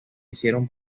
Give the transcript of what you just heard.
hicieron